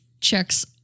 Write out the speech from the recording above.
checks